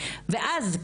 ואז,